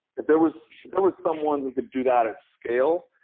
there was there was someone who could do that at scale.